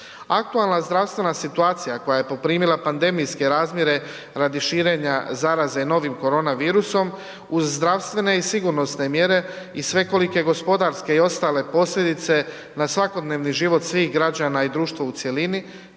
Aktualna zdravstvena situacija koja je poprimila pandemijske razmjere radi širenja zaraze novim korona virusom uz zdravstvene i sigurnosne mjere i svekolike gospodarske i ostale posljedice na svakodnevni život svih građana i društva u cjelini